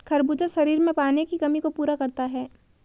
खरबूजा शरीर में पानी की कमी को पूरा करता है